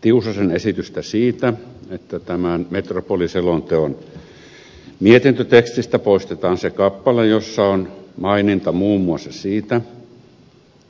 tiusasen esitystä siitä että tämän metropoliselonteon mietintötekstistä poistetaan se kappale jossa sanotaan muun muassa